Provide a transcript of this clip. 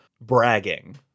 bragging